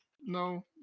no